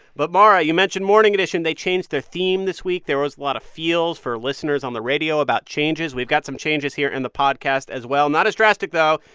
but mara, you mentioned morning edition. they changed their theme this week. there was a lot of feels for listeners on the radio about changes. we've got some changes here in the podcast, as well not as drastic, though.